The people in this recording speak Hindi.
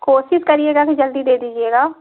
कोशिश करिएगा कि जल्दी दे दीजिएगा